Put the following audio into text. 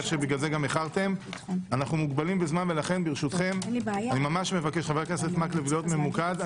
אנחנו מוגבלים בזמן לכן אני מבקש להיות ממוקד.